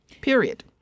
period